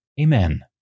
Amen